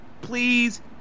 please